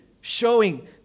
showing